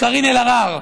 קארין אלהרר,